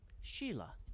Sheila